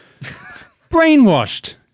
Brainwashed